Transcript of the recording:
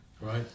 Right